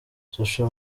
social